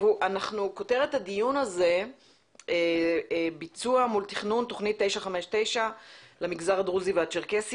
כותרת הדיון הזה "ביצוע מול תכנון תכנית 959 למגזר הדרוזי והצ'רקסי",